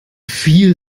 viel